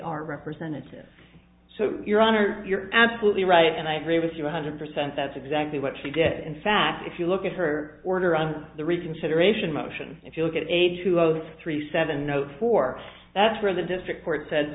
are representative so your honor you're absolutely right and i agree with you one hundred percent that's exactly what she did in fact if you look at her order on the reconsideration motion if you look at a two zero three seven note for that's where the district court said